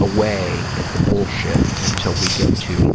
away at the bullshit until we get to